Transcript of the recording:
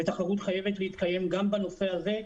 ותחרות חייבת להתקיים גם בנושא הזה,